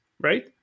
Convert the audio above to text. right